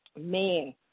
Man